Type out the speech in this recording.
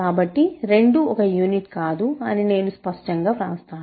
కాబట్టి 2 ఒక యూనిట్ కాదు అని నేను స్పష్టంగా వ్రాస్తాను